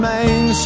Main